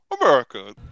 America